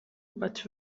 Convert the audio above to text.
but